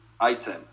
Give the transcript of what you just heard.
item